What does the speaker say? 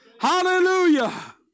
Hallelujah